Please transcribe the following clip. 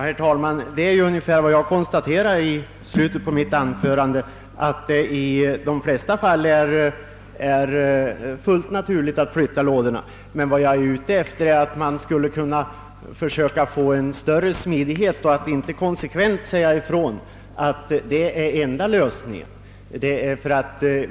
Herr talman! Det är ungefär vad jag konstaterar i slutet av mitt anförande att det i de flesta fall är fullt naturligt att flytta lådorna, men vad jag önskar är, att man skulle kunna försöka få till stånd en större smidighet, så att man inte konsekvent säger ifrån att det är den enda lösningen.